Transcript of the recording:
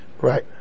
right